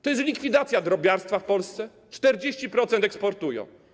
To jest likwidacja drobiarstwa w Polsce - 40% eksportują.